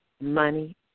Money